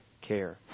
care